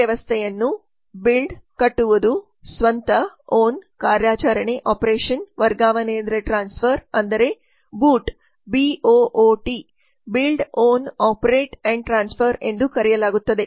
ಈ ವ್ಯವಸ್ಥೆಯನ್ನು ಬಿಲ್ಡ್ ಸ್ವಂತ ಕಾರ್ಯಾಚರಣೆ ಮತ್ತು ವರ್ಗಾವಣೆ ಅಂದರೆ ಬೂಟ್ ಎಂದು ಕರೆಯಲಾಗುತ್ತದೆ